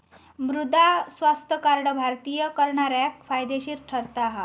मृदा स्वास्थ्य कार्ड भारतीय करणाऱ्याक फायदेशीर ठरता हा